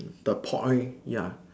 the point ya